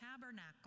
tabernacle